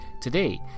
Today